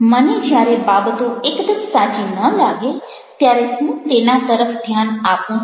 મને જ્યારે બાબતો એકદમ સાચી ન લાગે ત્યારે હું તેના તરફ ધ્યાન આપું છું